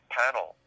panel